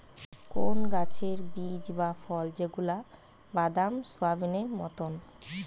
কোন গাছের বীজ বা ফল যেগুলা বাদাম, সোয়াবেনেই মতোন